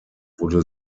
wurde